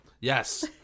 Yes